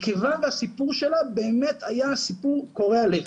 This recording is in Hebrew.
מכיוון שהסיפור שלה באמת היה סיפור קורע לב.